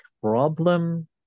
problem